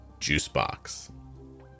juicebox